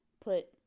put